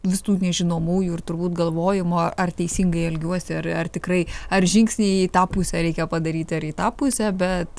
vis tų nežinomųjų ir turbūt galvojimo ar teisingai elgiuosi ar ar tikrai ar žingsnį į tą pusę reikia padaryti ar į tą pusę bet